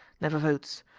never votes.